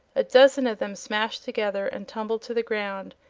a dozen of them smashed together and tumbled to the ground,